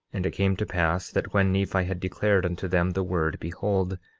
and it came to pass that when nephi had declared unto them the word, behold,